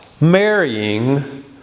marrying